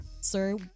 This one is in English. Sir